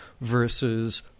versus